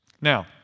Now